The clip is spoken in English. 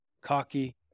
cocky